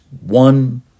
one